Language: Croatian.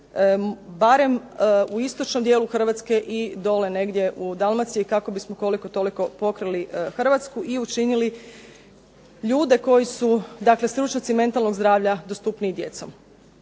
barem u istočnom dijelu Hrvatske i dolje negdje u Dalmaciji kako bismo koliko toliko pokrili Hrvatsku i učinili ljude koji su stručnjaci mentalnog zdravlja dostupniji djeci.